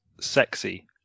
sexy